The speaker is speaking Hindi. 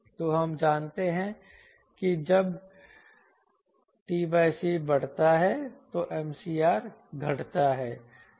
तो हम जानते हैं कि जब t c बढ़ता है तो MCR घटता है